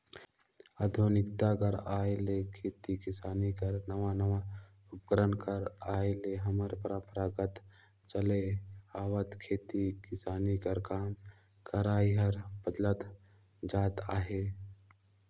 आधुनिकता कर आए ले खेती किसानी कर नावा नावा उपकरन कर आए ले हमर परपरागत चले आवत खेती किसानी कर काम करई हर बदलत जात अहे